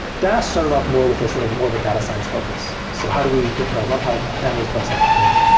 dask started off more with ah sort of more of a data science focus. so how do we get parallel numpy? parallel pandas? parallel but scikit-learn?